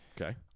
okay